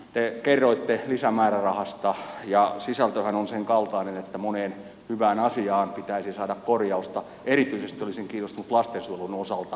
te kerroitte lisämäärärahasta ja sisältöhän on sen kaltainen että moneen hyvään asiaan pitäisi saada korjausta olisin kiinnostunut siitä erityisesti lastensuojelun osalta